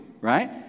Right